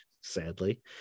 sadly